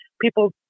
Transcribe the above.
people